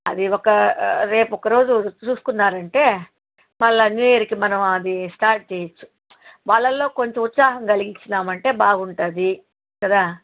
అది ఒక రేపు ఒక్కరోజు చూసుకున్నారు అంటే మళ్ళీ న్యూ ఇయర్కి మనం అది స్టార్ట్ చేయొచ్చు వాళ్ళల్లో కొంచెం ఉత్సాహం కలిగించామంటే బాగుంటుంది కదా